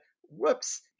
whoops